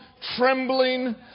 trembling